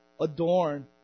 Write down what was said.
adorn